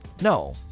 no